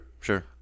sure